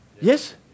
Yes